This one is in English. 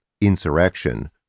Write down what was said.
insurrection